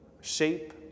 shape